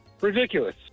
Ridiculous